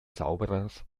zauberers